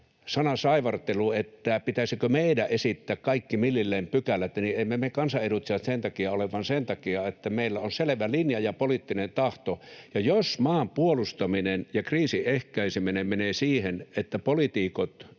sanasaivartelu, että pitäisikö meidän esittää millilleen kaikki pykälät, on aiheetonta. Emme me kansanedustajat sen takia ole, vaan sen takia, että meillä on selvä linja ja poliittinen tahto. Ja jos maan puolustaminen ja kriisin ehkäiseminen menee siihen, että poliitikot